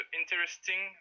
interesting